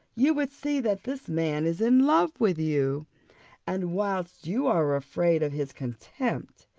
you would see that this man is in love with you and whilst you are afraid of his contempt,